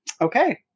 Okay